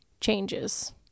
changes